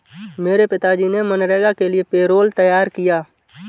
मेरे पिताजी ने मनरेगा के लिए पैरोल तैयार किया